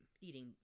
eating